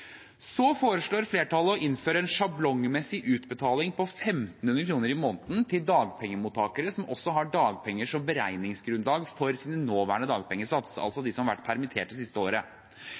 Så foreslår flertallet å innføre en sjablongmessig utbetaling på 1 500 kr i måneden til dagpengemottakere som også har dagpenger som beregningsgrunnlag for sin nåværende dagpengesats, altså de som har vært permittert det siste året.